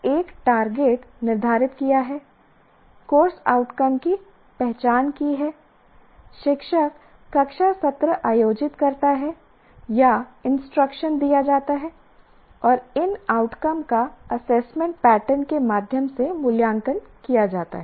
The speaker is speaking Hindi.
अब एक टारगेट निर्धारित किया है कोर्स आउटकम की पहचान की है शिक्षक कक्षा सत्र आयोजित करता है या इंस्ट्रक्शन दीया जाता है और इन आउटकम का एसेसमेंट पैटर्न के माध्यम से मूल्यांकन किया जाता है